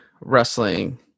wrestling